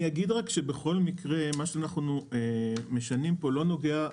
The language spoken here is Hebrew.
בכל מקרה מה שאנחנו משנים פה לא נוגע במהות,